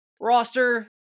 roster